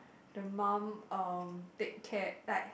the mum um take care like